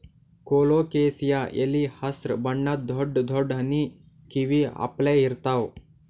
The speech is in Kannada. ಕೊಲೊಕೆಸಿಯಾ ಎಲಿ ಹಸ್ರ್ ಬಣ್ಣದ್ ದೊಡ್ಡ್ ದೊಡ್ಡ್ ಆನಿ ಕಿವಿ ಅಪ್ಲೆ ಇರ್ತವ್